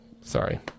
sorry